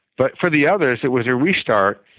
but for the others, it was restart.